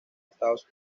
estados